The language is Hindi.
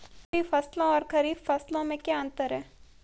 रबी फसलों और खरीफ फसलों में क्या अंतर है?